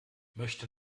möchte